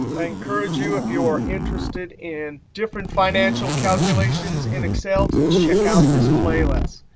i encourage you, if you're interested in different financial calculations in excel to check out this play less.